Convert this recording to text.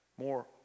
more